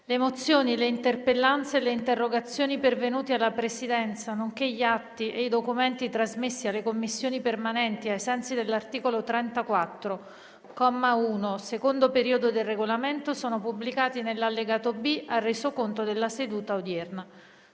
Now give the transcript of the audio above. Le mozioni, le interpellanze e le interrogazioni pervenute alla Presidenza, nonché gli atti e i documenti trasmessi alle Commissioni permanenti ai sensi dell'articolo 34, comma 1, secondo periodo, del Regolamento sono pubblicati nell'allegato B al Resoconto della seduta odierna.